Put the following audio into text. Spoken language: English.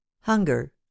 hunger